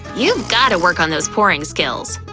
you've gotta work on those pouring skills.